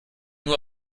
nur